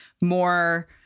more